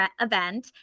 event